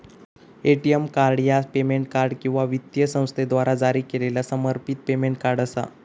ATM card ह्या payment card किंवा वित्तीय संस्थेद्वारा जारी केलेला समर्पित पेमेंट कार्ड असा